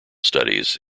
studies